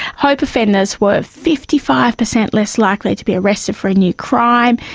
hope offenders were fifty five percent less likely to be arrested for a new crime,